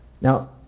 Now